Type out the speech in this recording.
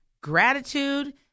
gratitude